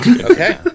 okay